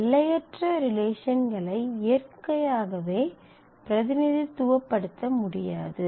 எல்லையற்ற ரிலேஷன்களை இயற்கையாகவே பிரதிநிதித்துவப்படுத்த முடியாது